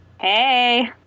Hey